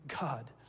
God